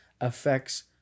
affects